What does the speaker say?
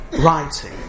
writing